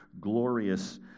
glorious